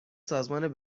سازمان